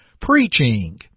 Preaching